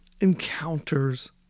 encounters